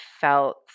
felt